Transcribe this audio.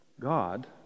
God